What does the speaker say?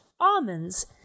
almonds